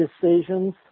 decisions